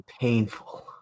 painful